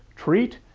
treat,